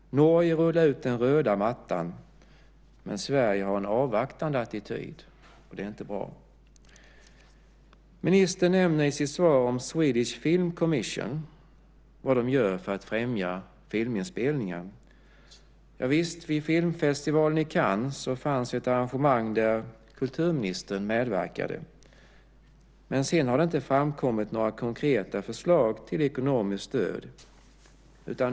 Norge rullar ut den röda mattan, men Sverige har en avvaktande attityd. Det är inte bra. Ministern nämner i sitt svar Swedish Film Commission och vad de gör för att främja filminspelningar. Vid filmfestivalen i Cannes fanns ett arrangemang där kulturministern medverkade, men sedan har det inte kommit några konkreta förslag till ekonomiskt stöd.